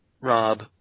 Rob